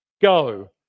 Go